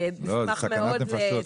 לא, זה סכנת נפשות.